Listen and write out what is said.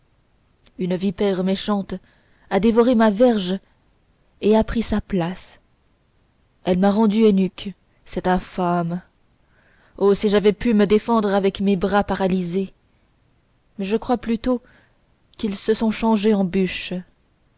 une vipère méchante a dévoré ma verge et a pris sa place elle m'a rendu eunuque cette infâme oh si j'avais pu me défendre avec mes bras paralysés mais je crois plutôt qu'ils se sont changés en bûches